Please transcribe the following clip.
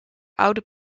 oude